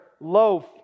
loaf